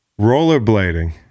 Rollerblading